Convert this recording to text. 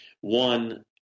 one